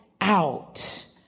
out